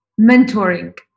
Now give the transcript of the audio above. mentoring